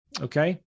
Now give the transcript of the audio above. okay